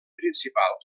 principal